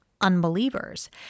unbelievers